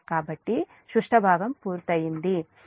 కాబట్టి సుష్ట భాగం పూర్తయింది